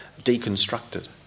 deconstructed